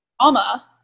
trauma